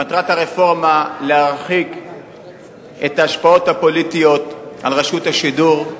מטרת הרפורמה להרחיק את ההשפעות הפוליטיות על רשות השידור.